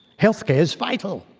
health care is vital.